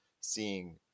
seeing